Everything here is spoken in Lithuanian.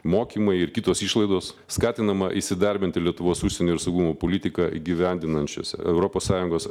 mokymai ir kitos išlaidos skatinama įsidarbinti lietuvos užsienio ir saugumo politiką įgyvendinančiose europos sąjungos